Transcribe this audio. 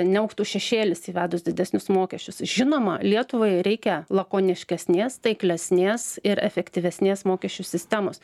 neaugtų šešėlis įvedus didesnius mokesčius žinoma lietuvai reikia lakoniškesnės taiklesnės ir efektyvesnės mokesčių sistemos